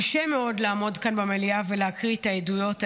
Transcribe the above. קשה מאוד לעמוד כאן במליאה ולהקריא את העדויות האלה.